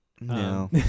No